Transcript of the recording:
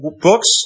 Books